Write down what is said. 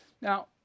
Now